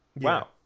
wow